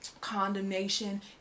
condemnation